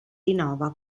rinnova